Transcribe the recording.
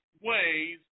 ways